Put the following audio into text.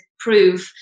prove